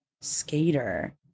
Skater